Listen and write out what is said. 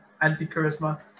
anti-charisma